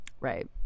right